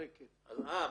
ובצדק,